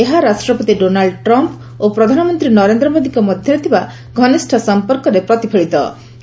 ଏହା ରାଷ୍ଟ୍ରପତି Donald Trump ଓ ପ୍ରଧାନମନ୍ତ୍ରୀ ନରେନ୍ଦ୍ର ମୋଦିଙ୍କ ମଧ୍ୟରେ ଥିବା ଘନିଷ୍ଠ ସମ୍ପର୍କରେ ପ୍ରତିଫଳିତ ହେଉଛି